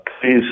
please